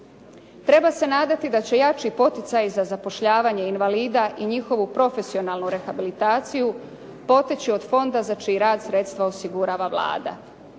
Treba se nadati da će jači poticaj za zapošljavanje invalida i njihovu profesionalnu rehabilitaciju poteći od fonda za čiji rad sredstva osigurava Vlada.